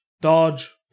dodge